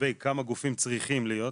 לגבי כמה גופים צריכים להיות.